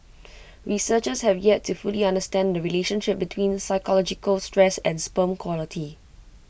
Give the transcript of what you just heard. researchers have yet to fully understand the relationship between psychological stress and sperm quality